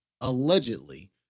Allegedly